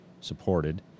supported